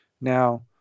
Now